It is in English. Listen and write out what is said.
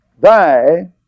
thy